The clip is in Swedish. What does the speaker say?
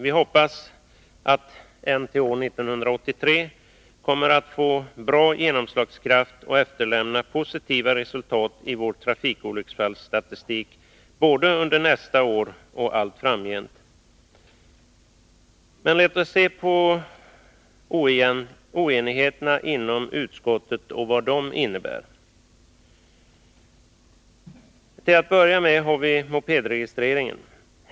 Vi hoppas att NTÅ 1983 kommer att få bra genomslagskraft och efterlämna positiva resultat i vår trafikolycksfallsstatistik både under nästa år och allt framgent. Men låt oss se på oenigheterna inom utskottet och vad de innebär. Till att börja med har vi mopedregistreringen.